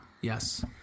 Yes